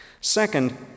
Second